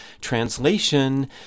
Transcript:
Translation